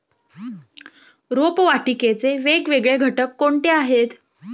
रोपवाटिकेचे वेगवेगळे घटक कोणते आहेत?